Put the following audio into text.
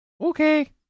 Okay